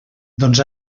doncs